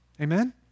Amen